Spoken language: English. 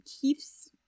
keeps